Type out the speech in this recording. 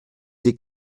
des